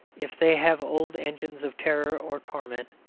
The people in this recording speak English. if they have old engines of terror or torment,